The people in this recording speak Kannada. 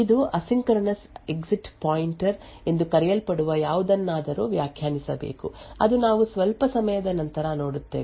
ಇದು ಅಸಿಂಕ್ರೊನಸ್ ಎಕ್ಸಿಟ್ ಪಾಯಿಂಟರ್ ಎಂದು ಕರೆಯಲ್ಪಡುವ ಯಾವುದನ್ನಾದರೂ ವ್ಯಾಖ್ಯಾನಿಸಬೇಕು ಅದನ್ನು ನಾವು ಸ್ವಲ್ಪ ಸಮಯದ ನಂತರ ನೋಡುತ್ತೇವೆ